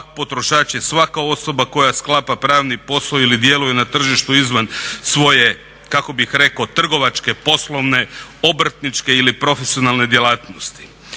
pak potrošač je svaka osoba koja sklapa pravni posao ili djeluje na tržištu izvan svoje kako bih rekao trgovačke, poslovne, obrtničke ili profesionalne djelatnosti.